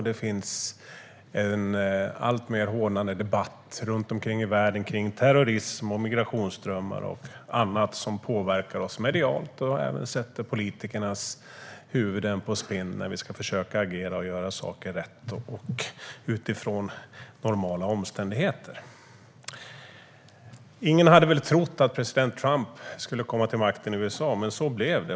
Det finns en alltmer hårdnande debatt i världen om terrorism, migrationsströmmar och annat, som påverkar oss medialt och som även gör att politikernas huvuden går i spinn när vi ska försöka agera och göra saker rätt utifrån normala omständigheter. Ingen hade trott att president Trump skulle komma till makten i USA, men så blev det.